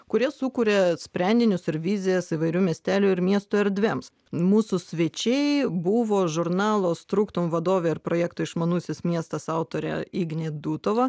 kurie sukuria sprendinius ir vizijas įvairių miestelių ir miesto erdvėms mūsų svečiai buvo žurnalo struktum vadovė ir projekto išmanusis miestas autorė ignė dutova